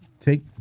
take